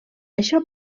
això